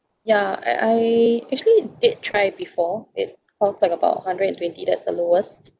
ya uh I actually did try it before it cost like about hundred and twenty that's the lowest